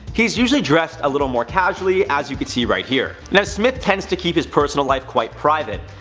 he's usually dresses a little more casually, as you can see right here. smith tends to keep his personal life quiet private.